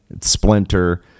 splinter